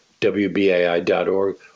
WBAI.org